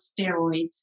steroids